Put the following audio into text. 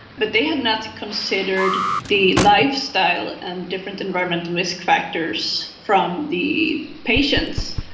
but they had not considered the lifestyle and different environmental risk factors from the patients,